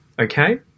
Okay